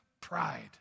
Pride